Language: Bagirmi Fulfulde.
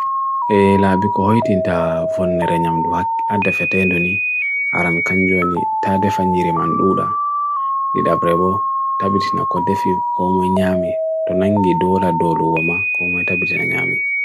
E labi ko hoi tinta fun nere nyamdu adefyatendoni aran kanjuoni tade fanyiriman lula, didabrebo tabi tina kodefi koumwe nyami, tonangi dola dolu wama koumwe tabi tina nyami.